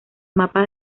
mapa